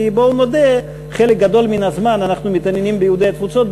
כי בואו נודה: חלק גדול מהזמן אנחנו מתעניינים ביהודי התפוצות,